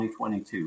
2022